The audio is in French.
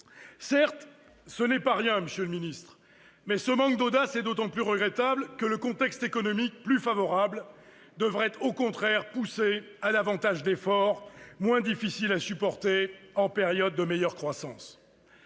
Certes, cela n'est pas rien, monsieur le secrétaire d'État, mais ce manque d'audace est d'autant plus regrettable que le contexte économique plus favorable devrait au contraire pousser à davantage d'efforts, lesquels sont moins difficiles à supporter en période de meilleure croissance.